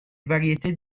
variétés